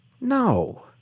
No